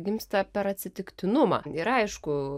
gimsta per atsitiktinumą ir aišku